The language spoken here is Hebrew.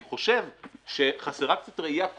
אני חושב שיש כאן ניסיון כן אני שנתיים